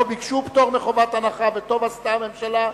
לא ביקשו פטור מחובת הנחה, וטוב עשתה הממשלה.